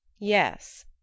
Yes